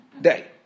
day